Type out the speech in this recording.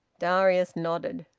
darius nodded.